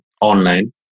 online